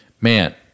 man